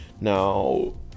Now